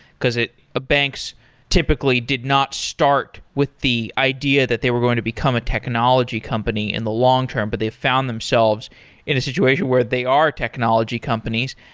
because banks typically did not start with the idea that they were going to become a technology company in the long term, but they found themselves in a situation where they are technology companies.